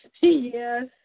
Yes